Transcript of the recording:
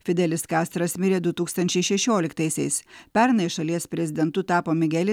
fidelis kastras mirė du tūkstančiai šešioliktaisiais pernai šalies prezidentu tapo migelis